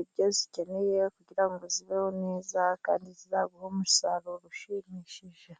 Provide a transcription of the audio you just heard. ibyo zikeneye kugira ngo zibeho neza, kandi zizaguhe umusaruro ushimishije.